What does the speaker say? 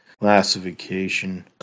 Classification